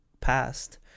past